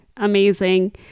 Amazing